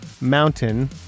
mountain